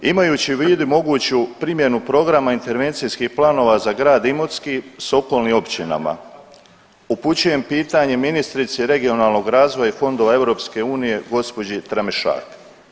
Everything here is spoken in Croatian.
Imajući u vidu mogući primjenu programa intervencijskih planova za grad Imotski s okolnim općinama, upućujem pitanje ministrici regionalnog razvoja i fondova EU gospođi Tramišak.